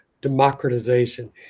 democratization